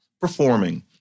performing